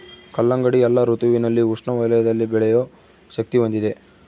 ಕಲ್ಲಂಗಡಿ ಎಲ್ಲಾ ಋತುವಿನಲ್ಲಿ ಉಷ್ಣ ವಲಯದಲ್ಲಿ ಬೆಳೆಯೋ ಶಕ್ತಿ ಹೊಂದಿದೆ